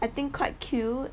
I think quite cute